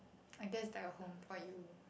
I guess like a home for you